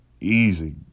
easy